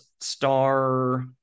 star